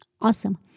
awesome